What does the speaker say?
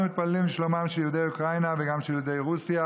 אנחנו מתפללים לשלומם של יהודי אוקראינה וגם של יהודי רוסיה,